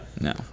No